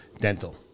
dental